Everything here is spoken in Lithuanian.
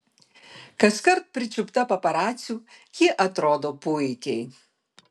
kaskart pričiupta paparacių ji atrodo puikiai